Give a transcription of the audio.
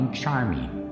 charming